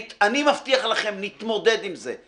אני מבטיח לכם, נתמודד עם זה.